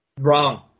wrong